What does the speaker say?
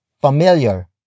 familiar